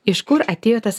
iš kur atėjo tas